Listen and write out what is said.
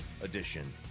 edition